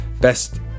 best